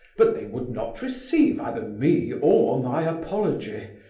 but they would not receive either me or my apology,